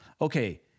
Okay